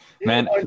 Man